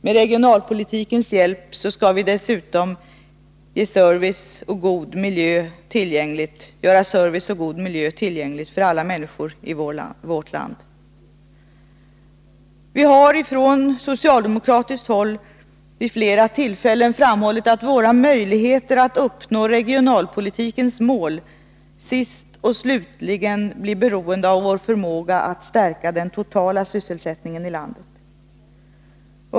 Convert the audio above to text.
Med regionalpolitikens hjälp skall dessutom service och god miljö göras tillgänglig för alla människor i vårt land. Vi har från socialdemokratiskt håll vid flera tillfällen framhållit att våra möjligheter att uppnå regionalpolitikens mål sist och slutligen blir beroende av vår förmåga att stärka den totala sysselsättningen i landet.